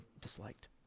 disliked